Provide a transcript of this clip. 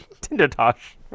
Tinder-tosh